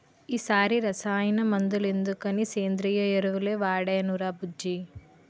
ఈ సారి రసాయన మందులెందుకని సేంద్రియ ఎరువులే వాడేనురా బుజ్జీ